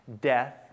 death